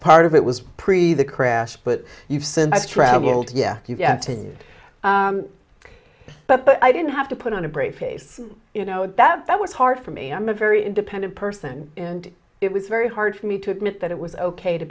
part of it was pre the crash but you've since i've traveled yeah you get the news but i didn't have to put on a brave face you know that that was hard for me i'm a very independent person and it was very hard for me to admit that it was ok to